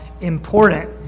important